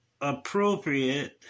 appropriate